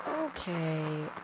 okay